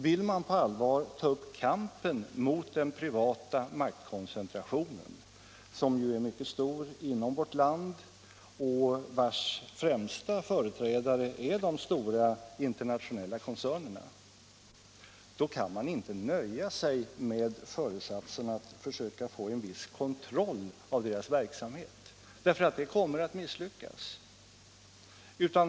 Vill man på allvar ta upp kampen mot den privata maktkoncentrationen, som är mycket stor inom vårt land och vars främsta företrädare är de stora, internationella koncernerna, kan man inte nöja sig med föresatsen att försöka få till stånd en viss kontroll av deras verksamhet. Det kommer att misslyckas.